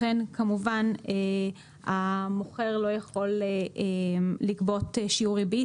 לכן כמובן המוכר לא יכול לגבות שיעור ריבית